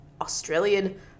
Australian